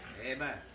Amen